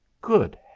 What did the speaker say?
Good